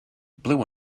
blue